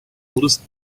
oldest